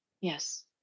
yes